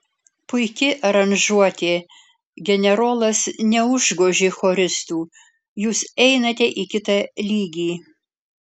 puiki aranžuotė generolas neužgožė choristų jūs einate į kitą lygį